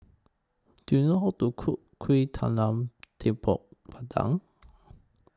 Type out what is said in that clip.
Do YOU know How to Cook Kuih Talam Tepong Pandan